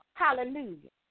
hallelujah